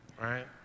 right